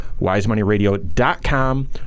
wisemoneyradio.com